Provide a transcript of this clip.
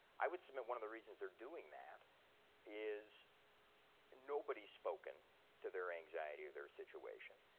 i would submit one of the reasons they're doing that is nobody's spoken to their anxiety or their situation.